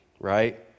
right